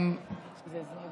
יש לך